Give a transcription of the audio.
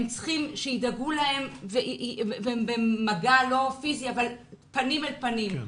הם צריכים שידאגו להם במגע לא פיזי אבל פנים אל פנים.